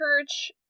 church